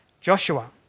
Joshua